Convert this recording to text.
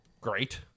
Great